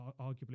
arguably